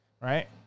Right